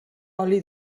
oli